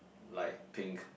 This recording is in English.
light pink